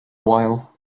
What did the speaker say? while